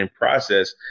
process